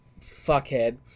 fuckhead